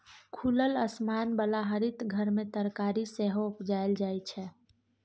खुलल आसमान बला हरित घर मे तरकारी सेहो उपजाएल जाइ छै